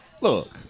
look